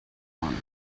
one